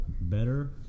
better